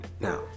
Now